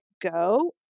go